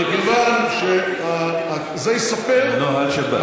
מכיוון שזה ייספר, נוהל שבת.